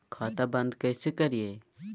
खाता बंद कैसे करिए?